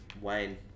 Wayne